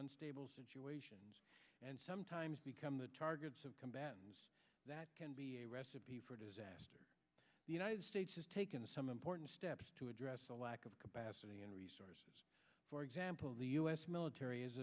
unstable situations and sometimes become the targets of combat and that can be a recipe for disaster the united states has taken some important steps to address the lack of capacity and resources for example the u s military has